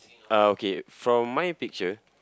uh okay from my picture